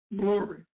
glory